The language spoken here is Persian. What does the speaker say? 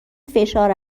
فشار